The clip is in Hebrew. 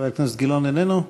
חבר הכנסת גילאון, איננו?